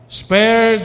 spare